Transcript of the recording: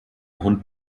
hund